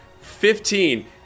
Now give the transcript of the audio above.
Fifteen